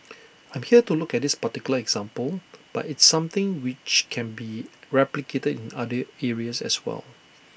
I'm here to look at this particular example but it's something which can be replicated in other areas as well